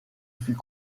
fut